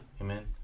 Amen